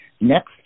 next